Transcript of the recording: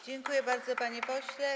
Dziękuję bardzo, panie pośle.